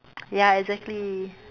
ya exactly